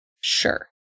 Sure